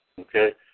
Okay